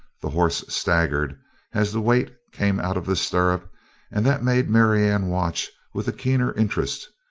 the horse staggered as the weight came out of the stirrup and that made marianne watch with a keener interest,